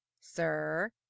Sir